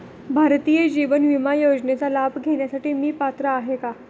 भारतीय जीवन विमा योजनेचा लाभ घेण्यासाठी मी पात्र आहे का?